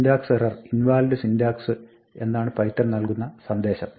syntax error invalid syntax syntax error invalid syntax എന്നാണ് Python നൽകുന്ന സന്ദേശം